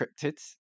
cryptids